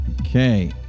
Okay